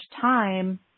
time